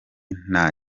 nta